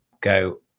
go